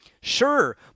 Sure